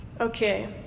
Okay